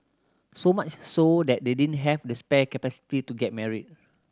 so much so that they didn't have the spare capacity to get married